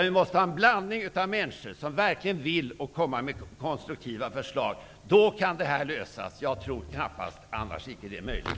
Vi måste ha en blandning av människor som verkligen kan komma med konstruktiva förslag. Då kan det här lösas. I annat fall tror jag knappast att det är möjligt.